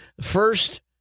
First